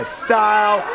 style